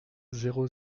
zéro